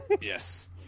yes